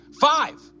Five